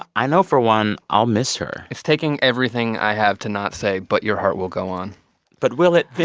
i know for one, i'll miss her it's taking everything i have to not say but your heart will go on but will it, ben?